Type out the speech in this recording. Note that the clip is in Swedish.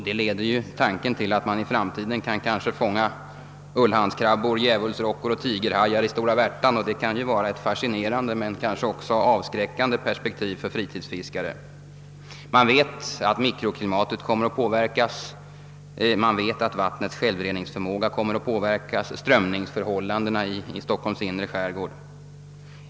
Det leder tanken till att man i framtiden kanske kan fånga ullhandskrabbor, djävulsrockor och tigerhajar i Stora Värtan, och det kan ju vara ett fascinerande men kanske också avskräckande perspektiv för fritidsfiskare. Man vet att mikroklimatet kommer att påverkas. Man vet att vattnets självreningsförmåga kommer att påverkas, liksom strömningsförhållandena i Stockholms inre skärgård.